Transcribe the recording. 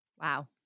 Wow